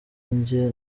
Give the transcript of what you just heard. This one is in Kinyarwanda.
njye